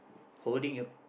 holding a